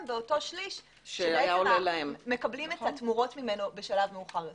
באותו שליש שהיו מקבלים את התמורות ממנו בשלב מאוחר.